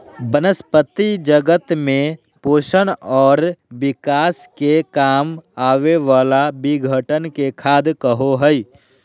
वनस्पती जगत में पोषण और विकास के काम आवे वाला विघटन के खाद कहो हइ